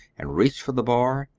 and reached for the bar,